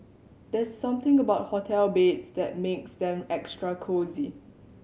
there's something about hotel beds that makes them extra cosy